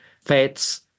fats